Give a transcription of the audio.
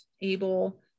able